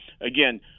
again